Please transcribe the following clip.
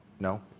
no?